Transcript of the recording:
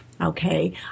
Okay